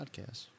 podcasts